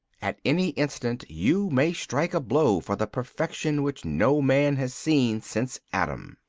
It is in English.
at any instant you may strike a blow for the perfection which no man has seen since adam.